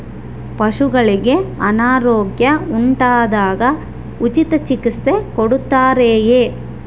ಪಶುಗಳಿಗೆ ಅನಾರೋಗ್ಯ ಉಂಟಾದಾಗ ಉಚಿತ ಚಿಕಿತ್ಸೆ ಕೊಡುತ್ತಾರೆಯೇ?